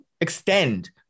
extend